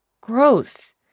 Gross